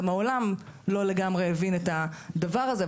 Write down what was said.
גם העולם לא לגמרי הבין את הדבר הזה.